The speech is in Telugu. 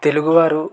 తెలుగు వారు